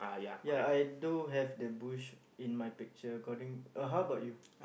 ya I do have the bush in my picture according uh how bout you